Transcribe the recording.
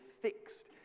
fixed